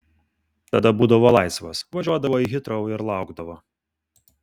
tada būdavo laisvas važiuodavo į hitrou ir laukdavo